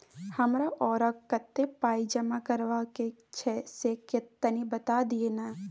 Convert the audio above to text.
हमरा आरो कत्ते पाई जमा करबा के छै से तनी बता दिय न?